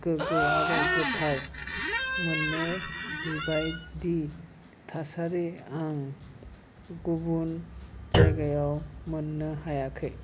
गोग्गो आरो गोथार मोननो बिबायदि थासारि आं गुबुन जायगायाव मोननो हायाखै